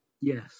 Yes